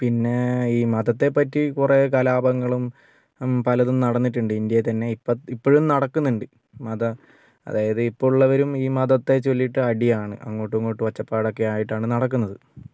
പിന്നെ ഈ മതത്തെ പറ്റി കുറേ കലാപങ്ങളും പലതും നടന്നിട്ടുണ്ട് ഇന്ത്യയിൽ തന്നെ ഇപ്പോഴും നടക്കുന്നുമുണ്ട് മത അതായത് ഇപ്പോൾ ഉള്ളവരും ഈ മതത്തെ ചൊല്ലിട്ട് അടിയാണ് അങ്ങോട്ടും ഇങ്ങോട്ടും ഒച്ചപ്പാടൊക്കെയായിട്ടാണ് നടക്കുന്നത്